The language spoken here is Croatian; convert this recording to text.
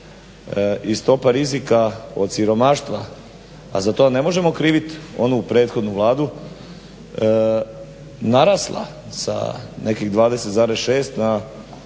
i stopa rizika od siromaštva a za to ne možemo kriviti onu prethodnu Vladu narasla sa nekih 20,6 preko